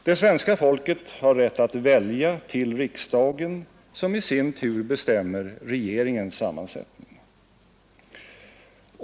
Det svenska folket har rätt att välja till riksdagen, som i sin tur bestämmer regeringens sammansättning.